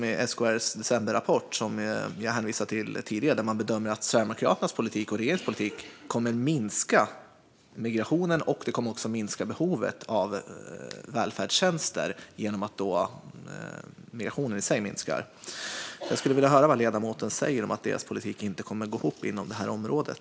I SKR:s decemberrapport, som jag hänvisade till tidigare, bedömer man att Sverigedemokraternas och regeringens politik kommer att minska migrationen och också behovet av välfärdstjänster genom att migrationen i sig minskar. Jag skulle vilja höra vad ledamoten säger om att Miljöpartiets politik inte kommer att gå ihop inom det här området.